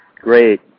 Great